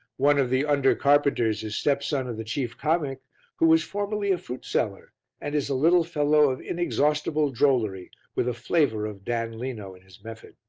one of the under-carpenters is stepson of the chief comic who was formerly a fruit seller and is a little fellow of inexhaustible drollery with a flavour of dan leno in his method.